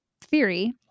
theory